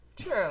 True